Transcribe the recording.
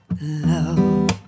love